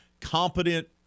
competent